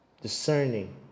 discerning